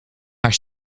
haar